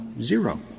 zero